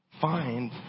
find